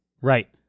Right